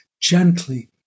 gently